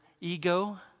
ego